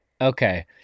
Okay